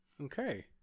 Okay